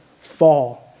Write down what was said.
fall